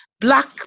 black